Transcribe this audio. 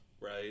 right